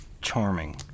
Charming